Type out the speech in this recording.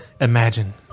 imagine